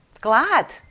glad